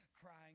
crying